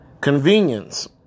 Convenience